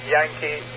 Yankee